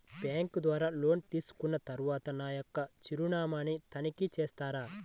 Bank ద్వారా loan తీసుకున్న తరువాత నా యొక్క చిరునామాని తనిఖీ చేస్తారా?